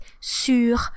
sur